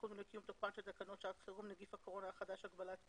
לקיום תוקפן של תקנות שעת חירום (נגיף הקורונה החדש הגבלת פעילות),